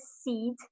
seed